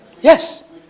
Yes